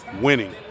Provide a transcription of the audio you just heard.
Winning